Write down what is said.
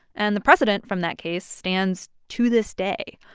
and the precedent from that case stands to this day.